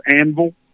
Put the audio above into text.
anvil